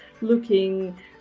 looking